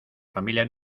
familia